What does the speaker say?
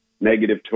negative